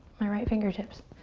my right fingertips.